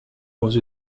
was